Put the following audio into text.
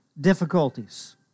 difficulties